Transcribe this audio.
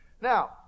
Now